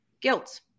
guilt